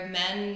men